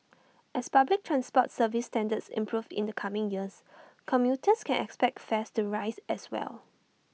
as public transport service standards improve in the coming years commuters can expect fares to rise as well